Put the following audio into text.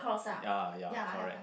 ya ya correct